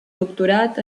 doctorat